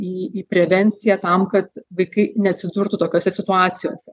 į į prevenciją tam kad vaikai neatsidurtų tokiose situacijose